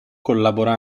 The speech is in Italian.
collabora